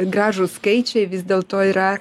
gražūs skaičiai vis dėlto yra